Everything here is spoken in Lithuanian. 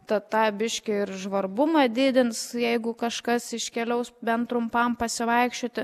tad tą biškį ir žvarbumą didins jeigu kažkas iškeliaus bent trumpam pasivaikščioti